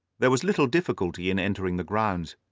there was little difficulty in entering the grounds,